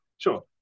Sure